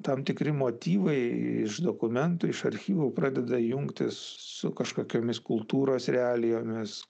tam tikri motyvai iš dokumentų iš archyvų pradeda jungtis su kažkokiomis kultūros realijomis